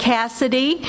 Cassidy